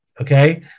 Okay